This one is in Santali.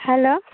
ᱦᱮᱞᱳ